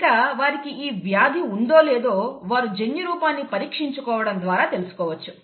ఇంకా వారికి ఈ వ్యాధి ఉందో లేదో వారు జన్యురూపాన్ని పరీక్షించుకోవడం ద్వారా తెలుసుకోవచ్చు